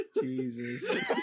Jesus